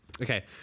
Okay